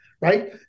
Right